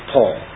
Paul